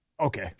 Okay